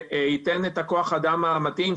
שייתן את כוח-האדם המתאים,